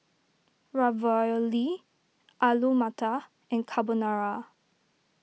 Ravioli Alu Matar and Carbonara